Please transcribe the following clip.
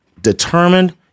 determined